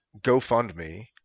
GoFundMe